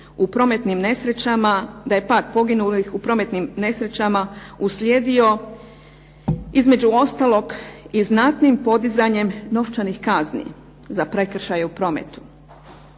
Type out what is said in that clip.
da je pad poginulih u prometnim nesrećama uslijedio između ostalog i znatnim podizanjem novčanih kazni za prekršaje u prometu